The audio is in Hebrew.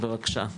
בבקשה,